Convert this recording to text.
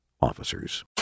officers